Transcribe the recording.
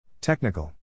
Technical